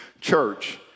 church